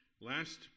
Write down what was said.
last